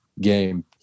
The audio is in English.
game